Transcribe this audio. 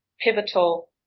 pivotal